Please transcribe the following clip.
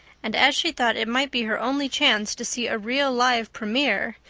and as she thought it might be her only chance to see a real live premier,